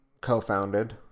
co-founded